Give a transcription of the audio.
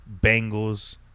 Bengals